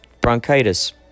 bronchitis